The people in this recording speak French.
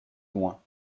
loin